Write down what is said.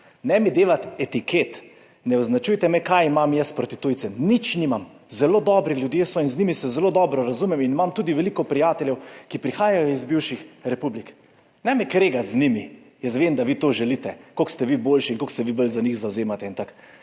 Ne mi dajati etiket, ne označujte me, kaj imam jaz proti tujcem, nič nimam, zelo dobri ljudje so in z njimi se zelo dobro razumem in imam tudi veliko prijateljev, ki prihajajo iz bivših republik. Ne me kregati z njimi. Jaz vem, da vi to želite, kako ste vi boljši in kako se vi bolj za njih zavzemate.